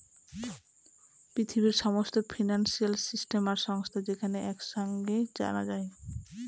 পৃথিবীর সমস্ত financial system আর সংস্থা যেখানে এক সাঙে জানা যায়